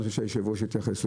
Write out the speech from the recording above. ואני רוצה שהיושב ראש יתייחס לזה.